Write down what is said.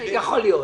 יכול להיות.